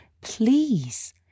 Please